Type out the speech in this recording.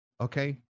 Okay